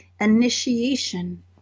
initiation